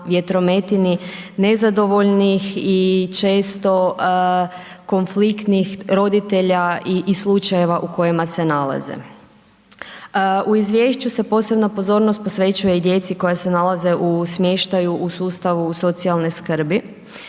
vjetrometini nezadovoljni i često konfliktnih roditelja i slučajeva u kojima se nalaze. U izvješću se posebna pozornost posvećuje i djeci koja se nalaze u smještaju u sustavu socijalne skrbi.